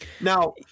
Now